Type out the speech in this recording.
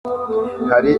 hari